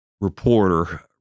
reporter